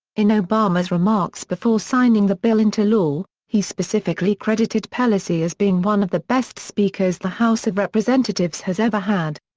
in obama's remarks before signing the bill into law, he specifically credited pelosi as being one of the best speakers the house of representatives has ever had.